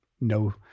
no